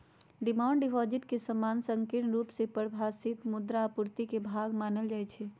demand deposit के सामान्य संकीर्ण रुप से परिभाषित मुद्रा आपूर्ति के भाग मानल जाइ छै